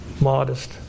modest